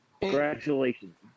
Congratulations